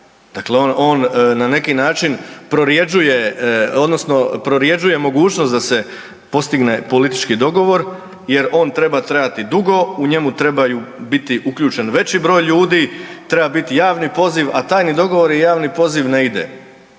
Dakle, on na neki način prorjeđuje, odnosno prorjeđuje mogućnost da se postigne politički dogovor jer ona treba trajati dugo, u njemu trebaju biti uključen veći broj ljudi, treba biti javni poziv, a tajni dogovor i javni poziv ne ide.